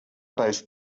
based